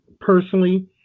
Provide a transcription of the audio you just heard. personally